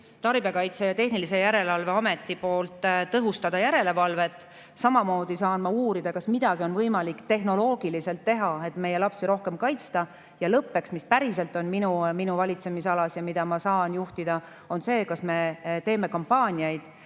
Tarbijakaitse ja Tehnilise Järelevalve Amet tõhustaks järelevalvet. Samamoodi saan ma uurida, kas midagi on võimalik tehnoloogiliselt teha, et meie lapsi rohkem kaitsta. Ja lõpuks, mis päriselt on minu valitsemisalas ja mida ma saan juhtida, on see, kas me teeme kampaaniaid